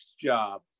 job